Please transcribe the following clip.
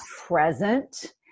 present